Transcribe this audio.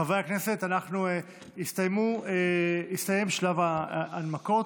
חברי הכנסת, הסתיים שלב ההנמקות.